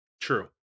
True